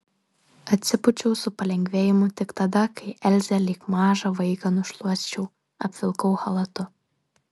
atsipūčiau su palengvėjimu tik tada kai elzę lyg mažą vaiką nušluosčiau apvilkau chalatu